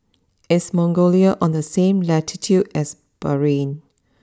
is Mongolia on the same latitude as Bahrain